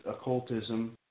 occultism